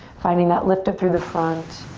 finding that lift up through the front,